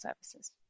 services